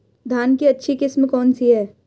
धान की अच्छी किस्म कौन सी है?